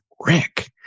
Rick